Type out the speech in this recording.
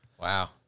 Wow